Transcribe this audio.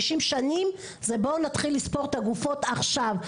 50 שנים זה בואו נתחיל לספור את הגופות עכשיו.